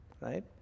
Right